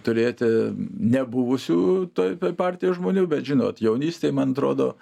turėti nebuvusių toj partijoj žmonių bet žinot jaunystėj man atrodo